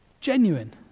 genuine